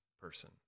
person